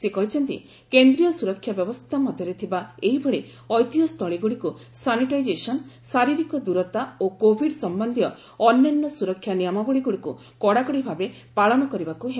ସେ କହିଛନ୍ତି କେନ୍ଦ୍ରୀୟ ସୁରକ୍ଷା ବ୍ୟବସ୍ଥା ମଧ୍ୟରେ ଥିବା ଏହିଭଳି ଐତିହ୍ୟସ୍ଥଳୀଗୁଡ଼ିକୁ ସାନିଟାଇଜେସନ ଶାରିରୀକ ଦୂରତା ଓ କୋଭିଡ ସମ୍ବନ୍ଧୀୟ ଅନ୍ୟାନ୍ୟ ସୁରକ୍ଷା ନିୟମାବଳୀଗୁଡ଼ିକୁ କଡ଼ାକଡ଼ି ଭାବେ ପାଳନ କରିବାକୁ ହେବ